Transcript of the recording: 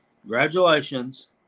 Congratulations